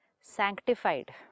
Sanctified